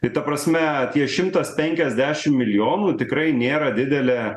tai ta prasme tie šimtas penkiasdešimt milijonų tikrai nėra didelė